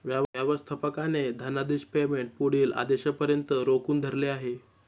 व्यवस्थापकाने धनादेश पेमेंट पुढील आदेशापर्यंत रोखून धरले आहे